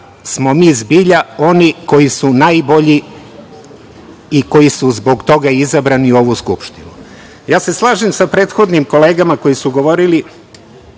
smo mi zbilja oni koji su najbolji i koji su zbog toga i izabrani u ovu Skupštinu. Ja se slažem sa prethodnim kolegama koji su govorili